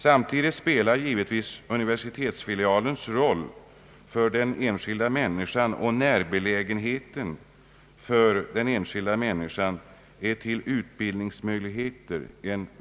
Samtidigt spelar givetvis universitetsfilialerna stor roll för de enskilda människorna på grund av närheten till utbildningsmöjligheter.